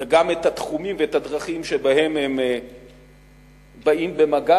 וגם את התחומים ואת הדרכים שבהם הם באים במגע